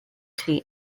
chi